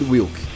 Wilk